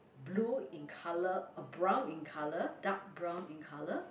blue in colour or brown in colour dark brown in colour